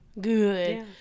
Good